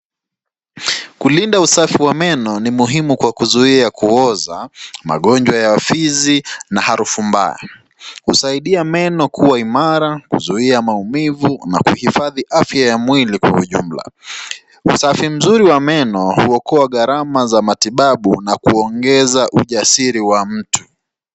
Kulinda usafi wa neno ni muhimu kwa kuzuia kuoza, magonjwa ya fizi na harufu mbaya. Husaidia meno kuwa imara, kuzuia maumivu na kuhifadhi afya ya mwili kwa ujumla. Wasafi mzuri wa meno huokoa gharama za matibabu na kuongeza ujasiri wa mtu.